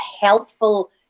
helpful